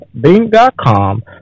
Bing.com